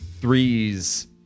threes